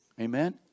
Amen